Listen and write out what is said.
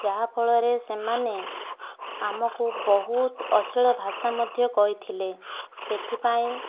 ଯାହାଫଳରେ ସେମାନେ ଆମକୁ ବହୁତ ଅଶ୍ଳୀଳ ଭାଷା ମଧ୍ୟ କହିଥିଲେ ସେଥିପାଇଁ